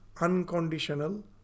unconditional